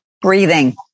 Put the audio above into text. Breathing